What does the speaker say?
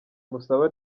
musaba